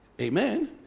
Amen